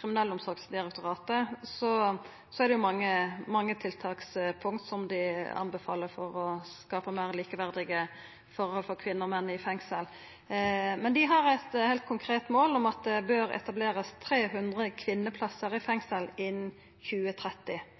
Kriminalomsorgsdirektoratet er det mange tiltakspunkt som dei tilrår for å skapa meir likeverdige forhold for kvinner og menn i fengsel. Men dei har eit heilt konkret mål om at det bør etablerast 300 kvinneplassar i fengsel innan 2030.